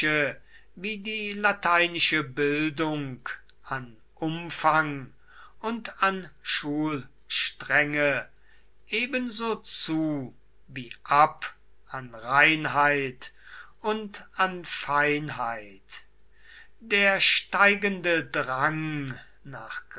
wie die lateinische bildung an umfang und an schulstrenge ebenso zu wie ab an reinheit und an feinheit der steigende drang nach